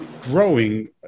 growing